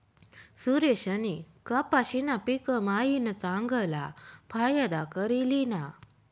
सुरेशनी कपाशीना पिक मायीन चांगला फायदा करी ल्हिना